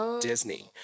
Disney